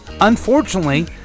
Unfortunately